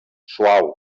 suau